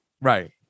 Right